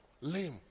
lame